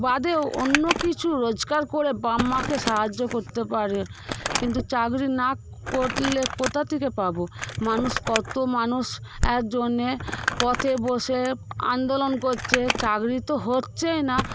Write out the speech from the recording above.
বাদেও অন্য কিছু রোজগার করে বাপমাকে সাহায্য করতে পারে কিন্তু চাকরি না করলে কোথা থেকে পাবো মানুষ কত মানুষের জন্য পথে বসে আন্দোলন করছে চাকরি তো হচ্ছেই না